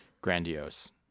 grandiose